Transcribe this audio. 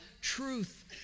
truth